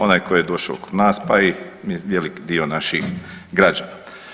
Onaj koji je došao kod nas, pa i velik dio naših građana.